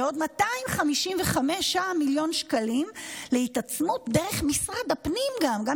ועוד 255 מיליון שקלים להתעצמות דרך משרד הפנים גם,